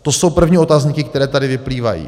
To jsou první otazníky, které tady vyplývají.